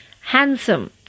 Handsome